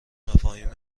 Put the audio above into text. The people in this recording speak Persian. مفاهیم